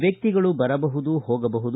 ವ್ಯಕ್ತಿಗಳು ಬರಬಹುದು ಹೋಗಬಹುದು